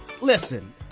listen